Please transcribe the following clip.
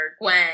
Gwen